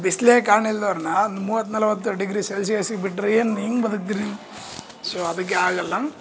ಬಿಸಿಲೇ ಕಾಣ್ದೆ ಇಲ್ದೋರನ್ನ ಮೂವತ್ತು ನಲ್ವತ್ತು ಡಿಗ್ರಿ ಸೆಲ್ಸಿಯಸ್ಗೆ ಬಿಟ್ರೆ ಏನು ಹೆಂಗೆ ಬದುಕ್ತೀರಿ ಸೋ ಅದಕ್ಕೆ ಆಗೋಲ್ಲ